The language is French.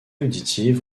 auditive